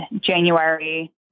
January